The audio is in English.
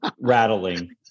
rattling